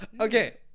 Okay